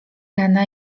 rena